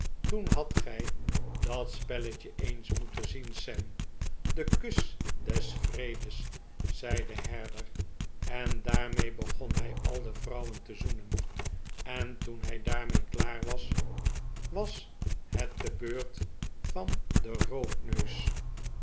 toen hadt gij dat spelletje eens moeten zien sami de kus des vredes zei de herder en daarmee begon hij al de vrouwen te zoenen en toen hij daarmee klaar was was het de beurt van den